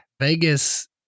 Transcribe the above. Vegas